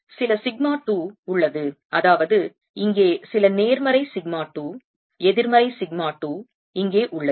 சில சிக்மா 2 உள்ளது அதாவது இங்கே சில நேர்மறை சிக்மா 2 எதிர்மறை சிக்மா 2 இங்கே உள்ளது